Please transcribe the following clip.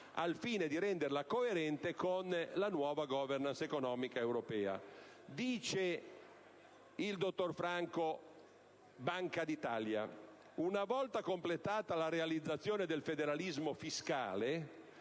al fine di renderla coerente con la nuova*governance* economica europea. Dice il dottor Franco della Banca d'Italia: «Una volta completata la realizzazione del federalismo fiscale,